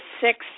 six